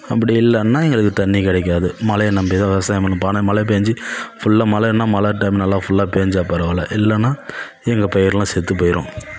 அப்படி இல்லைன்னா எங்களுக்கு தண்ணி கிடைக்காது மழையை நம்பி தான் விவசாயம் பண்ணும் இப்போ ஆனால் மழை பேய்ஞ்சி ஃபுல்லாக மழைன்னா மழை டைம் நல்லா ஃபுல்லாக பேய்ஞ்சா பரவால்ல இல்லைன்னா எங்கள் பயிரெலாம் செத்து போயிடும்